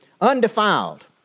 Undefiled